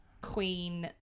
Queen